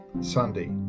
Sunday